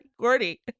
Gordy